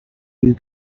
you